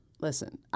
Listen